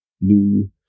new